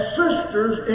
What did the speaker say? sisters